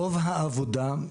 רוב העבודה,